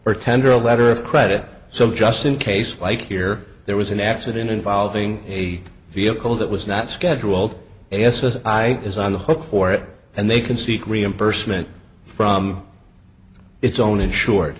or tender a letter of credit so just in case like here there was an accident involving a vehicle that was not scheduled s s i is on the hook for it and they can seek reimbursement from it's own insured